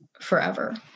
forever